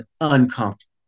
uncomfortable